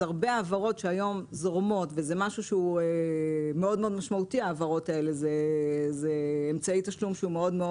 הרבה העברות שהיום זורמות וההעברות האלה הן משהו שהוא מאוד מאוד